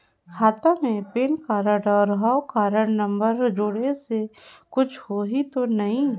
खाता मे PAN card और हव कारड नंबर जोड़े से कुछ होही तो नइ?